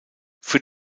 für